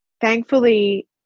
Thankfully